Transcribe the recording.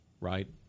right